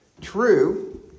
true